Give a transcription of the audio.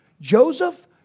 Joseph